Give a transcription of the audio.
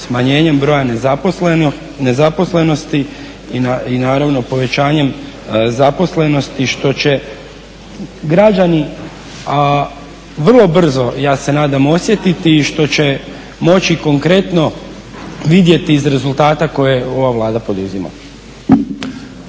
smanjenjem broja nezaposlenosti i naravno povećanjem zaposlenosti što će građani, a vrlo brzo, ja se nadam, osjetiti i što će moći konkretno vidjeti iz rezultata koje ova Vlada poduzima.